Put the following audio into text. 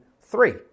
three